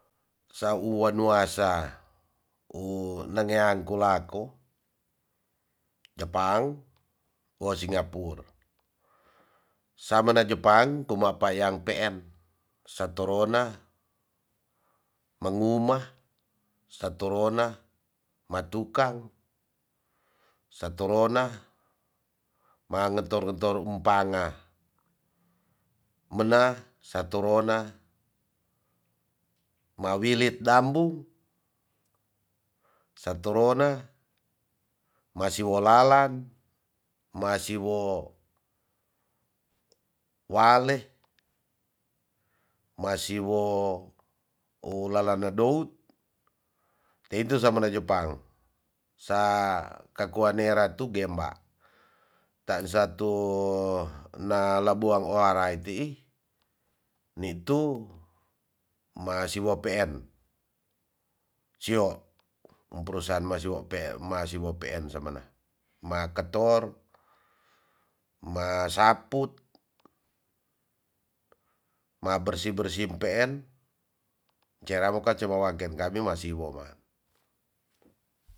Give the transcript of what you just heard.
Sau wan wasa u nange angko lako japang wo singapur samena jepang kuma payang peen satorona ma nguma satorona ma tukang sa torona ma ngetor ngetor umpanga mena satorona mawilit dambu g satorona ma siwo lalan ma siwo wale ma siwo ulala nadout teintu samena jepang sa kakeunera tu gemba tansa tu na laboang oa rai tii ni tu ma siwo peen sio um perusan ma siwo peen samena ma ketor ma saput ma bersi bersi peen jera wo ka ce mawangken kabi masi wo ma.